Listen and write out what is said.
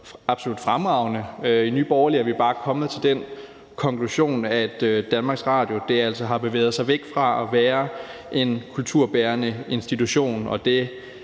absolut fremragende. I Nye Borgerlige er vi bare kommet til den konklusion, at DR har bevæget sig væk fra at være en kulturbærende institution, og det